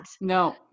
no